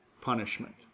punishment